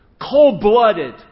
cold-blooded